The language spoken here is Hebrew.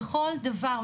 בכל דבר.